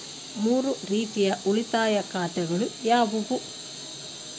ಮೂರು ರೀತಿಯ ಉಳಿತಾಯ ಖಾತೆಗಳು ಯಾವುವು?